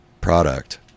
product